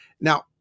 Now